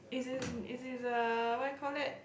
is is is is a what you call that